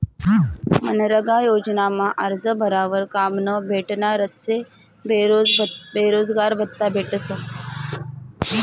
मनरेगा योजनामा आरजं भरावर काम न भेटनारस्ले बेरोजगारभत्त्ता भेटस